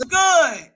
good